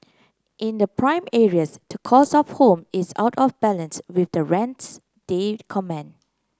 in the prime areas the cost of home is out of balance with the rents they command